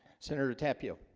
senator to tap you